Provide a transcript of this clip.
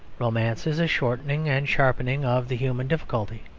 romance is a shortening and sharpening of the human difficulty.